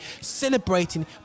celebrating